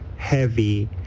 heavy